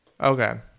Okay